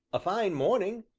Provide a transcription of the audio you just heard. a fine morning!